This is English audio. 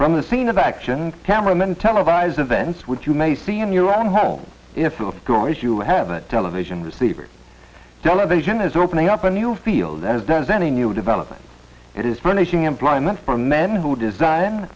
from the scene of action cameramen televised events which you may see in your own home if you have a television receiver television is opening up a new field as does any new development it is furnishing employment for men who design